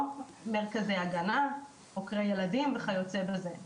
או מרכזי הגנה, חוקרי ילדים וכיוצא בזה.